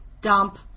Dump